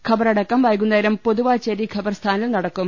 ഖബറടക്കം വൈകുന്നേരം പൊതുവാച്ചേരി ഖബർസ്ഥാനിൽ നടക്കും